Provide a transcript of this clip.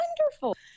wonderful